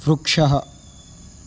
वृक्षः